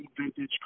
vintage